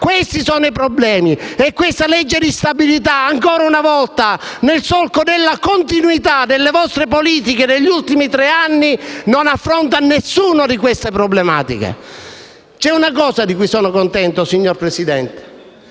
Questi sono i problemi. E questa legge di bilancio, ancora una volta, nel solco della continuità delle vostre politiche degli ultimi tre anni, non affronta nessuna di queste problematiche. C'è una cosa di cui sono contento, signor Presidente,